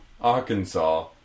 Arkansas